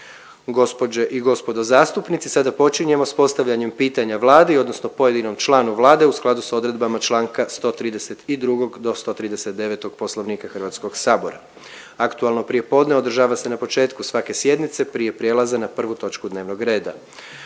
Gospođe i gospodo zastupnici sada počinjemo s postavljanjem pitanja Vladi odnosno pojedinom članu Vlade u skladu s odredbama Članka 132. do 139. Poslovnika Hrvatskog sabora. Aktualno prijepodne održava se na početku svake sjednice prije prijelaza na prvu točku dnevnog reda.